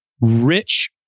rich